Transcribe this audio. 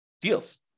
deals